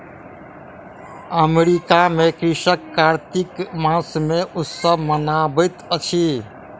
America में कृषक कार्तिक मास मे उत्सव मनबैत अछि